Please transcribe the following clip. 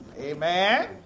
Amen